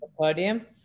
podium